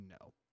no